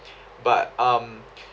but um